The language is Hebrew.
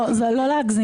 לא להגזים.